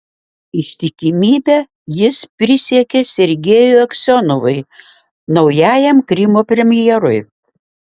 ištikimybę jis prisiekė sergejui aksionovui naujajam krymo premjerui